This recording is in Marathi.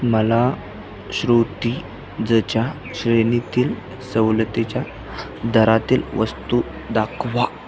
मला श्रोतीजच्या श्रेणीतील सवलतीच्या दरातील वस्तू दाखवा